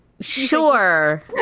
Sure